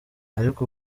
ariko